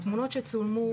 תמונות שצולמו,